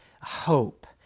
hope